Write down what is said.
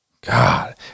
God